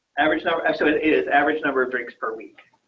average number. so, it is average number of breaks per week.